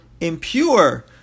impure